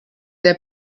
der